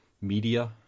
media